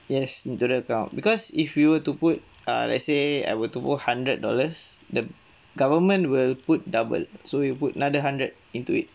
yes into the account because if we were to put uh let's say I were to put hundred dollars the government will put double so you'll put another hundred into it